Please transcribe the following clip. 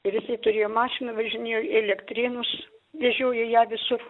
ir jisai turėjo mašiną važinėjo į elektrėnus vežiojo ją visur